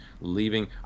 leaving